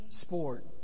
sport